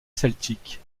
celtique